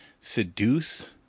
seduce